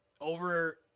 over